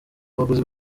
abaguzi